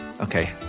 Okay